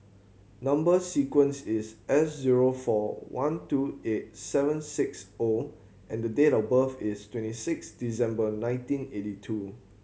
number sequence is S zero four one two eight seven six O and the date of birth is twenty six December nineteen eighty two